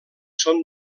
són